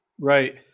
right